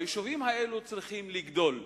היישובים האלה צריכים לגדול.